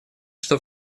что